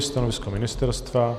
Stanovisko ministerstva?